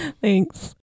Thanks